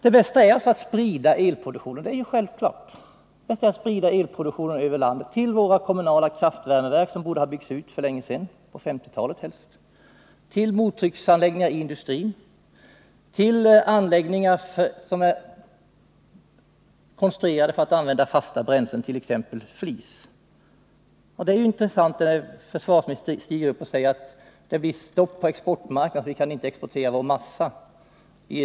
Det bästa är naturligtvis att sprida elproduktionen över landet till våra kommunala kraftvärmeverk, som borde ha byggts ut för länge sedan — på 1950-talet helst — till mottrycksanläggningar i industrin och till anläggningar som är konstruerade för fasta bränslen, t.ex. flis. Det är ju intressant när försvarsministern säger att det i ett krigseller kristillstånd blir stopp på exportmarknaden, så att vi inte kan exportera vår pappersmassa.